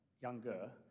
younger